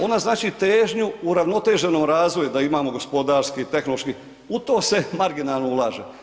Ona znači težnju uravnoteženom razvoju, da imamo gospodarski, tehnološki, u to se marginalno ulaže.